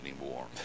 anymore